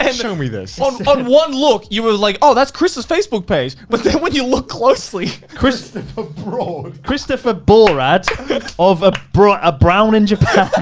ah show me this. on one look, you were like, oh, that's chris's facebook page. but then when you look closely. christopher broad. christopher borad of ah abrown in japan.